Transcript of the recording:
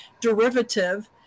derivative